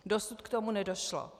Dosud k tomu nedošlo.